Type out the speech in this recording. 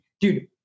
Dude